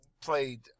played